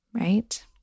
right